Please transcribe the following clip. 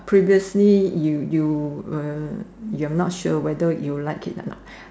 previously you you you are not sure whether you like it or not